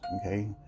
okay